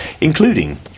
including